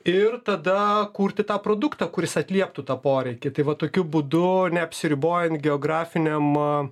ir tada kurti tą produktą kuris atlieptų tą poreikį tai va tokiu būdu neapsiribojant geografiniam